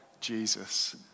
Jesus